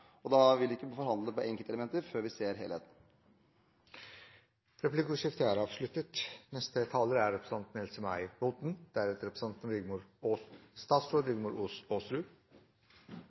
og da vil vi ikke forhandle på enkeltelementer før vi ser helheten. Replikkordskiftet er avsluttet.